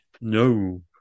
No